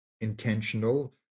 intentional